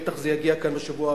בטח זה יגיע לכאן בשבוע הבא.